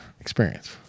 experience